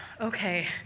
okay